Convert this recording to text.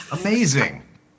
Amazing